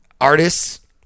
artists